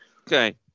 okay